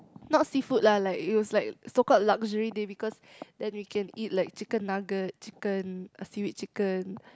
not seafood lah like it was like so called luxury day because then we can eat like chicken nugget uh chicken seaweed chicken